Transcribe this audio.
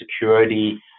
security